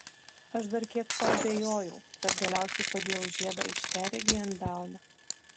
aš dar kiek paabejojau bet galiausiai padėjau žiedą aiškiaregei ant delno